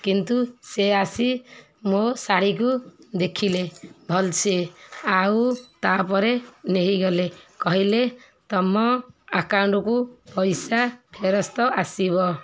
କିନ୍ତୁ ସେ ଆସି ମୋ ଶାଢ଼ୀକୁ ଦେଖିଲେ ଭଲସେ ଆଉ ତା'ପରେ ନେଇଗଲେ କହିଲେ ତମ ଆକାଉଣ୍ଟ୍କୁ ପଇସା ଫେରସ୍ତ ଆସିବ